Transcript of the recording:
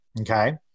okay